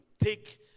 Take